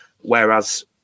whereas